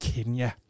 Kenya